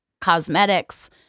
cosmetics